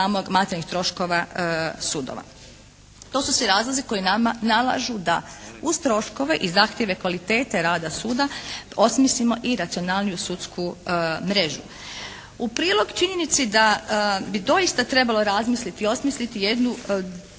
To su svi razlozi koji nama nalažu da uz troškove i zahtjeve kvalitete rada suda osmislimo i racionalniju sudsku mrežu. U prilog činjenici da bi doista trebalo razmisliti, osmisliti jednu